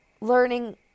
learning